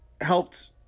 helped